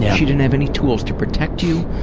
she didn't have any tools to protect you,